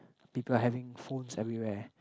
people having phones everywhere